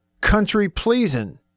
Country-pleasing